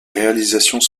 réalisations